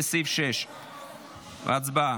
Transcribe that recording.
לסעיף 6. הצבעה.